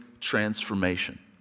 transformation